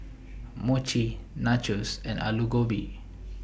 Mochi Nachos and Alu Gobi